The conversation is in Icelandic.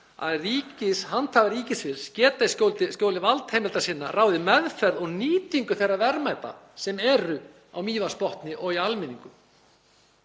að handhafi ríkisins geti í skjóli valdheimilda sinna ráðið meðferð og nýtingu þeirra verðmæta sem eru á Mývatnsbotni og í almenningum.